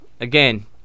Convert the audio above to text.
Again